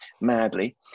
madly